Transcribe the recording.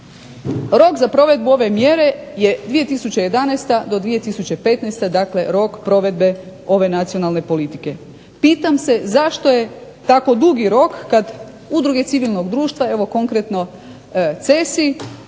Rok za provedbu ove mjere je 2011. do 2015., dakle rok provedbe ove nacionalne politike. Pitam se zašto je tako dugi rok kad udruge civilnog društva, evo konkretno cesi